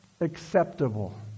acceptable